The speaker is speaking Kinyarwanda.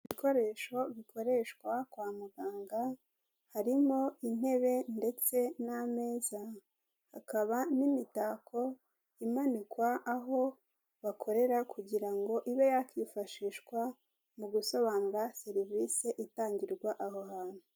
Ibikoresho bikoreshwa kwa muganga harimo intebe ndetse n'ameza, hakaba n'imitako imanikwa aho bakorera kugira ngo ibe yakwifashishwa mu gusobanura serivisi itangirwa aho hantu.